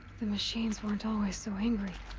the machines weren't always so angry.